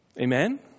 Amen